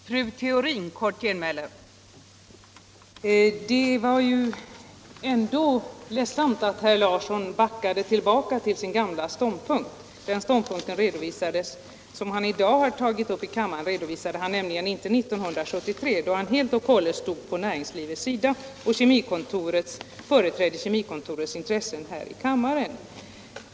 Fru talman! Det var ledsamt att herr Larsson i Borrby backade tillbaka till sin gamla ståndpunkt. Den ståndpunkt som han tidigare i dag har intagit i kammaren redovisade han nämligen inte 1973, då han helt och hållet stod på näringslivets sida och företrädde Kemikontorets intressen här i kammaren.